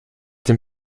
dem